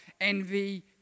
envy